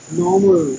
normal